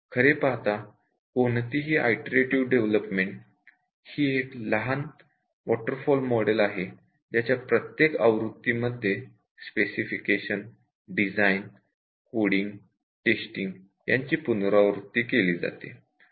खरे पाहता कोणतीही ईटरेटिव्ह डेवलपमेंट ही एक लहान वॉटर फॉल मॉडेल असते ज्याच्या प्रत्येक ईटरेशन मध्ये स्पेसिफिकेशन डिझाईन कोडींग टेस्टिंग यांची पुनरावृत्ती केली जाते